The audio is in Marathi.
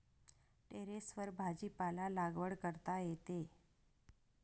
टेरेसवर भाजीपाला लागवड करता येते